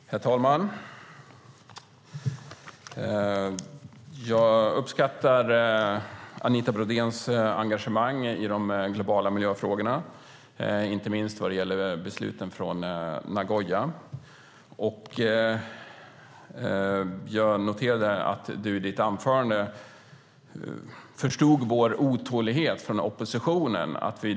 Herr talman! Jag uppskattar Anita Brodéns engagemang i de globala miljöfrågorna, inte minst när det gäller besluten från Nagoya. Utifrån ditt anförande, Anita Brodén, noterar jag att du förstått oppositionens otålighet.